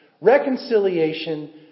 reconciliation